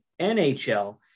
NHL